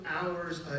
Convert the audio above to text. hours